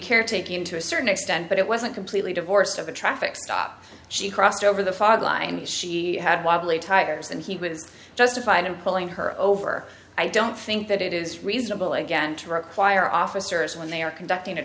care taking to a certain extent but it wasn't completely divorced of a traffic stop she crossed over the fog line she had wildly tires and he was justified in pulling her over i don't think that it is reasonable again to require officers when they are conducting a